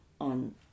on